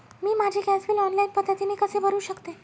मी माझे gas bill online पद्धतीने कसे भरु शकते?